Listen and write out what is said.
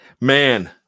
Man